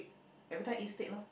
everytime eat steak lor